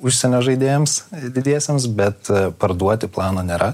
užsienio žaidėjams didiesiems bet parduoti plano nėra